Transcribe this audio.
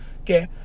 okay